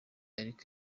ariko